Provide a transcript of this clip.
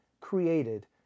created